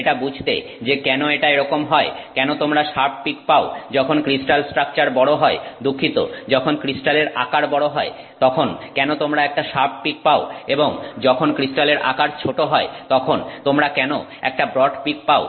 এটা বুঝতে যে কেন এটা এরকম হয় কেন তোমরা শার্প পিক পাও যখন ক্রিস্টাল স্ট্রাকচার বড় হয় দুঃখিত যখন ক্রিস্টালের আকার বড় হয় তখন কেন তোমরা একটা শার্প পিক পাও এবং যখন ক্রিস্টালের আকার ছোট হয় তখন তোমরা কেন একটা ব্রড পিক পাও